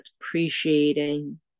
appreciating